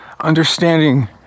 understanding